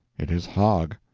it is hogg.